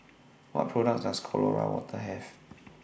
What products Does Colora Water Have